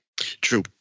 True